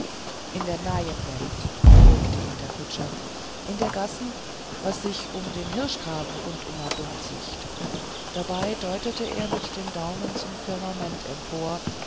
in der neien welt beruhigte ihn der kutscher in der gassen was sich um den hirschgraben rundumadum ziecht dabei deutete er mit dem daumen zum firmament empor